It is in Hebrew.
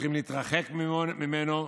שצריכים להתרחק ממנו,